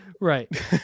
Right